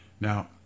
Now